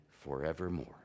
forevermore